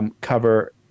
cover